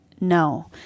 no